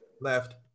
Left